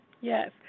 Yes